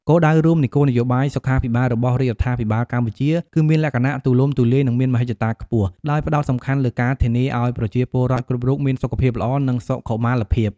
គោលដៅរួមនៃគោលនយោបាយសុខាភិបាលរបស់រាជរដ្ឋាភិបាលកម្ពុជា គឺមានលក្ខណៈទូលំទូលាយ និងមានមហិច្ឆតាខ្ពស់ ដោយផ្តោតសំខាន់លើការធានាឱ្យប្រជាពលរដ្ឋគ្រប់រូបមានសុខភាពល្អ និងសុខុមាលភាព។